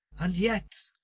and yet,